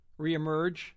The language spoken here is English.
reemerge